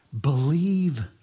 Believe